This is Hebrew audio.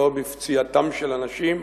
לא בפציעתם של אנשים,